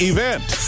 Event